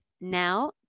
now